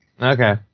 okay